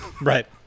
Right